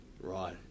Right